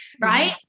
right